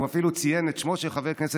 הוא אפילו ציין את שמו של חבר כנסת